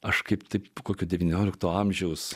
aš kaip tai kokio devyniolikto amžiaus